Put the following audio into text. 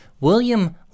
William